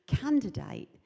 candidate